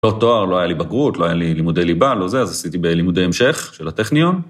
לא תואר, לא היה לי בגרות, לא היה לי לימודי ליבה, לא זה, אז עשיתי בלימודי המשך של הטכניון.